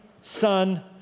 Son